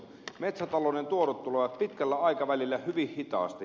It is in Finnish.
metsätalouden tuotot tulevat pitkällä aikavälillä ja hyvin hitaasti